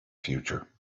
future